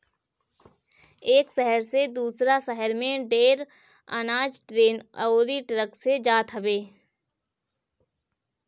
एक शहर से दूसरा शहर में ढेर अनाज ट्रेन अउरी ट्रक से जात हवे